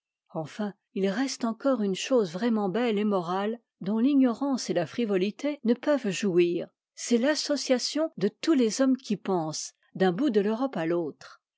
enfin il reste encore une chose vraiment belle et morale dont l'ignorance et la frivolité ne peuvent jouir c'est l'association de tous les hommes qui pensent d'un bout de l'europe à l'autre